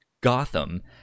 gotham